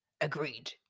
Agreed